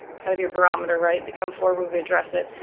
kind of your barometer, right? they come forward, we address it.